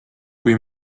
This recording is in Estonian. kui